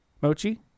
Mochi